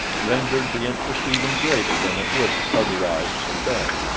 rendered the interest even greater than it would otherwise have been.